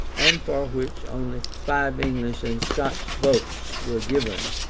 and for which only five english and scotch votes were given,